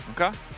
Okay